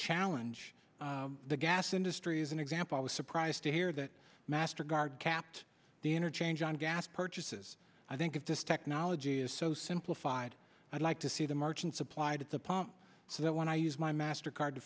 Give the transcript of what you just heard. challenge the gas industry is an example i was surprised to hear that mastercard kept the interchange on gas purchases i think if this technology is so simplified i'd like to see the margin supplied at the pump so that when i use my mastercard to